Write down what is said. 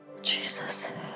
Jesus